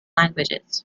languages